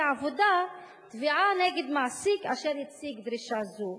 עבודה תביעה נגד מעסיק אשר הציג דרישה זו.